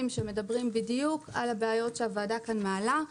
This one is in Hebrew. שמדברים בדיוק על הבעיות שהוועדה כאן מעלה.